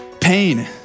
Pain